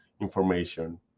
information